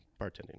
bartending